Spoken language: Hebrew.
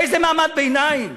איזה מעמד ביניים?